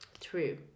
True